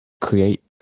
create